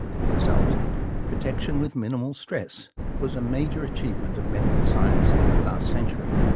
the result protection with minimal stress was a major achievement of medical science last century.